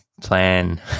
plan